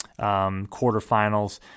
quarterfinals